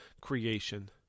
creation